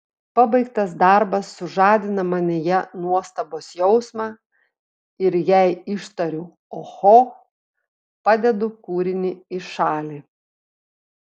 pabaigtas darbas sužadina manyje nuostabos jausmą ir jei ištariu oho padedu kūrinį į šalį